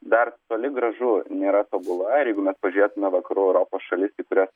dar toli gražu nėra tobula ir jeigu mes pažiūrėtume vakarų europos šalis į kurias